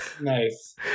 Nice